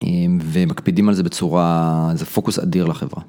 ומקפידים על זה בצורה, זה פוקוס אדיר לחברה.